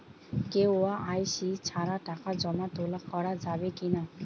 KYC ছাড়া টাকা জমা তোলা করা যাবে কি না?